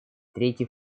третий